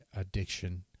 addiction